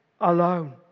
alone